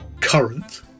current